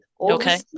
okay